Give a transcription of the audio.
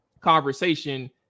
conversation